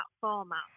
format